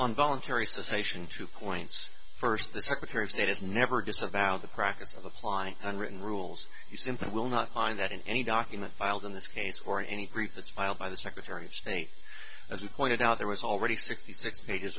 on voluntary suspicion two points first the secretary of state is never gets about the practice of applying unwritten rules you simply will not find that in any document filed in this case or any group that's filed by the secretary of state as you pointed out there was already sixty six pages